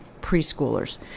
preschoolers